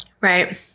Right